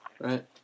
Right